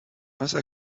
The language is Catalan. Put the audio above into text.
passa